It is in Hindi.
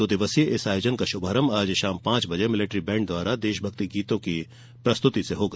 दो दिवसीय इस आयोजन का शुभारंभ आज शाम पांच बजे मिलेट्री बैंड द्वारा देशभक्ति गीतों की प्रस्तुति से होगा